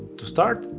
to start,